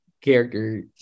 character